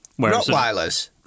Rottweilers